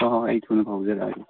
ꯍꯣꯏ ꯍꯣꯏ ꯍꯣꯏ ꯑꯩ ꯊꯨꯅ ꯐꯥꯎꯖꯔꯛꯂꯒꯦ